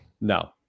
No